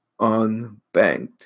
unbanked